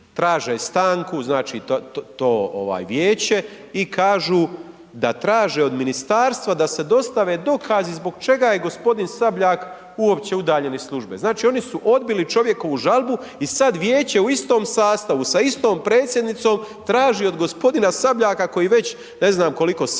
traže stanku, znači to ovaj vijeće i kažu da traže od ministarstva da se dostave dokazi zbog čega je gospodin Sabljak uopće udaljen iz službe. Znači oni su odbili čovjekovu žalbu i sada vijeće u istom sastavu sa istom predsjednicom, traži od g. Sabljaka, koji već, ne znam, koliko,